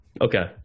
Okay